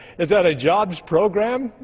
is that a jobs program?